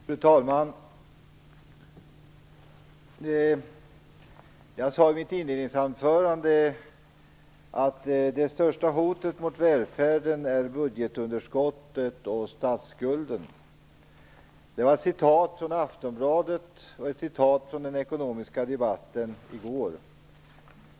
Fru talman! Jag sade i mitt inledningsanförande att det största hotet mot välfärden är budgetunderskottet och statsskulden. Det var ett citat ur Aftonbladet och ett citat från den ekonomiska debatten i går.